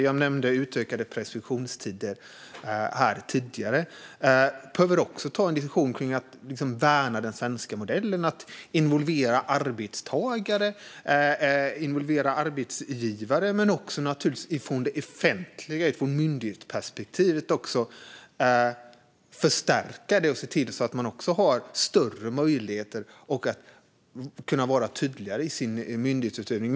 Jag nämnde utökade preskriptionstider tidigare, och vi behöver även ta en diskussion om att värna den svenska modellen och om att involvera arbetstagare och arbetsgivare - liksom om det offentliga och myndighetsperspektivet, som behöver förstärkas så att man har större möjligheter och kan vara tydligare i sin myndighetsutövning.